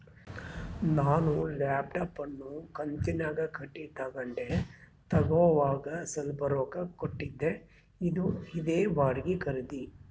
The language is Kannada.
ನಾನು ಲ್ಯಾಪ್ಟಾಪ್ ಅನ್ನು ಕಂತುನ್ಯಾಗ ಕಟ್ಟಿ ತಗಂಡೆ, ತಗೋವಾಗ ಸ್ವಲ್ಪ ರೊಕ್ಕ ಕೊಟ್ಟಿದ್ದೆ, ಇದೇ ಬಾಡಿಗೆ ಖರೀದಿ